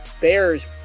Bears